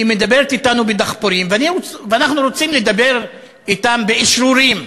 הם מדברים אתנו בדחפורים ואנחנו רוצים לדבר אתם באשרורים,